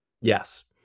Yes